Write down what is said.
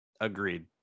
Agreed